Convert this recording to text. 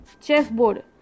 chessboard